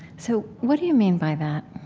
so, what do you mean by that?